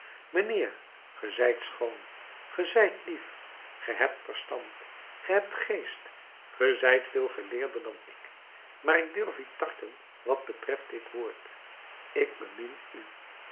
ge zijt schoon ge zijt lief ge hebt verstand ge hebt geest ge zijt veel geleerder dan ik maar ik durf u tarten wat betreft dit woord ik bemin u